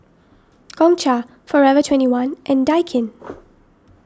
Gongcha forever twenty one and Daikin